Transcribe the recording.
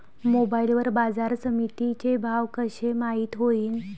Mobile वर बाजारसमिती चे भाव कशे माईत होईन?